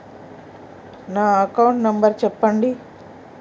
నా account number చెప్పండి?